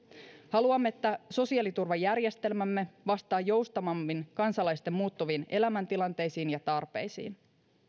haluamme että sosiaaliturvajärjestelmämme vastaa joustavammin kansalaisten muuttuviin elämäntilanteisiin ja tarpeisiin